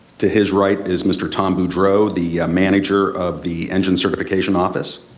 to his right is mr. tom boudreau, the manager of the engine certification office.